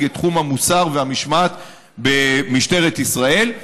את תחום המוסר והמשמעת במשטרת ישראל.